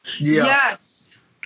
Yes